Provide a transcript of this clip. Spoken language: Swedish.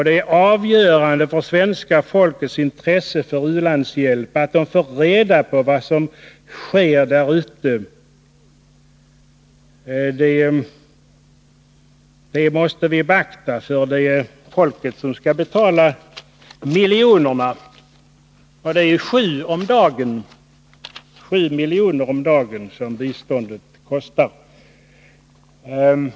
Det är avgörande för svenska folkets intresse för u-landshjälp att få reda på vad som sker där ute. Det måste vi beakta, eftersom det är folket som skall betala miljonerna — och det är 7 miljoner om dagen som biståndet kostar.